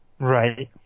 Right